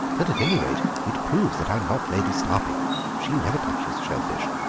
but at any rate it proves that i'm not lady starping she never touches shell-fish,